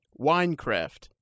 Winecraft